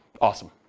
Awesome